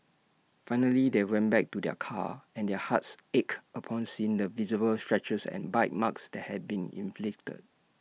finally they went back to their car and their hearts ached upon seeing the visible scratches and bite marks that had been inflicted